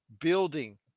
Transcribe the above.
building